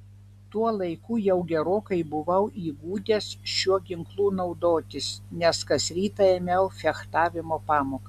tuo laiku jau gerokai buvau įgudęs šiuo ginklu naudotis nes kas rytą ėmiau fechtavimo pamokas